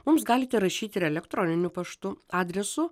mums galite rašyt ir elektroniniu paštu adresu